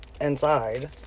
inside